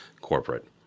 corporate